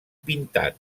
pintat